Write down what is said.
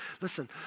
Listen